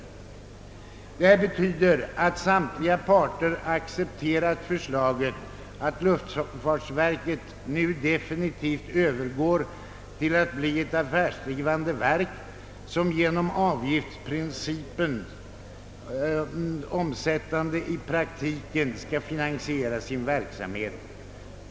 Detta betyder att samtliga parter accepterat förslaget att luftfartsverket nu definitivt övergår till att bli ett affärsdrivande verk som genom avgiftsprincipens omsättande i praktiken skall finansiera sin verksamhet.